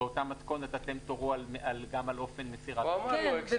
באותה מתכונת אתם תורו גם על אופן מסירת --- זה